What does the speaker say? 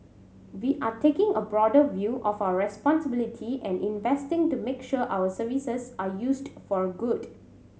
we are taking a broader view of our responsibility and investing to make sure our services are used for good